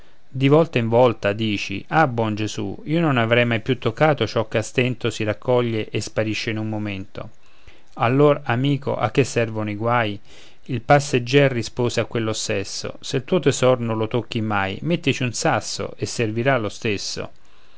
di volta in volta dici ah buon gesù io non avrei mai più toccato ciò che a stento si raccoglie e sparisce in un momento allor amico a che servono i guai il passeggier rispose a quell'ossesso se il tuo tesoro non lo tocchi mai mettici un sasso e servirà lo stesso